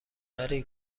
نری